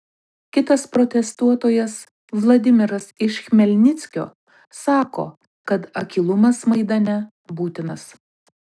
kitas protestuotojas vladimiras iš chmelnickio sako kad akylumas maidane būtinas